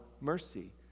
mercy